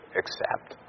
accept